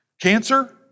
cancer